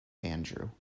andrew